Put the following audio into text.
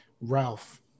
Ralph